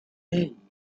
hey